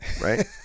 right